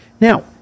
Now